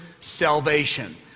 salvation